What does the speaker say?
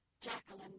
Jacqueline